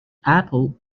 apple